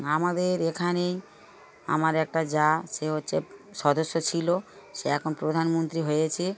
আমাদের এখানেই আমার একটা জা সে হচ্ছে সদস্য ছিল সে এখন প্রধানমন্ত্রী হয়েছে